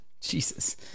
Jesus